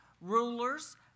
rulers